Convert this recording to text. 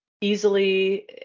easily